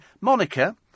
Monica